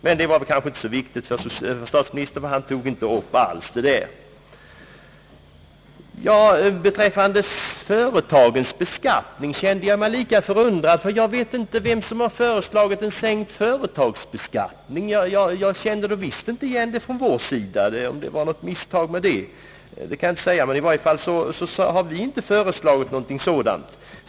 Men detta var väl inte så viktigt för statsministern, eftersom han inte alls tog upp det. Vad beträffar företagens beskattning ställde jag mig lika förvånad över vad som statsministern uttalade i detta fall, ty jag vet inte vem det är som har föreslagit en sänkt företagsbeskattning. Vi från vår sida känner inte alls till detta förslag, och vi har i varje fall inte lagt fram något sådant.